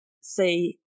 say